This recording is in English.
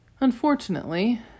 Unfortunately